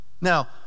Now